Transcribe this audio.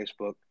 Facebook